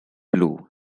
blue